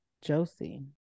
Josie